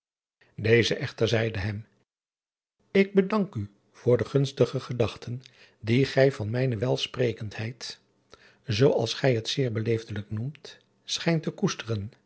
eze echter zeide hem k bedank u voor de gunstige gedachten die gij van mijne welsprekendheid zoo als gij het zeer beleefdelijk noemt schijnt te koesteren